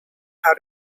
how